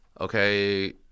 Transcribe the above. Okay